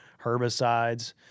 herbicides